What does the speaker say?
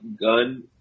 gun